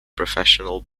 professional